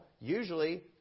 usually